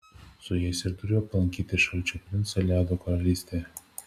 su jais ir turiu aplankyti šalčio princą ledo karalystėje